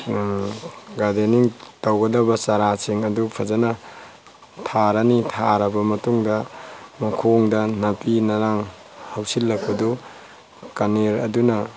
gardening ꯇꯧꯒꯗꯕ ꯆꯥꯔꯥꯁꯤꯡ ꯑꯗꯨ ꯐꯖꯅ ꯊꯥꯔꯅꯤ ꯊꯥꯔꯕ ꯃꯇꯨꯡꯗ ꯃꯈꯣꯡꯗ ꯅꯥꯄꯤ ꯅꯔꯥꯡ ꯍꯧꯁꯤꯜꯂꯛꯄꯗꯨ ꯀꯔꯅꯦꯜ ꯑꯗꯨꯅ